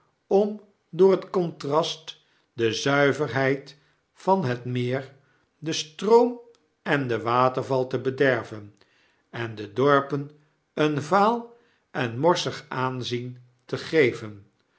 om door het contrast de zuiverheid van het meer den stroom en den waterval te bederven en de dorpen een vaal en morsig aanzien te geven